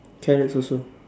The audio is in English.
carrots also